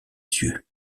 yeux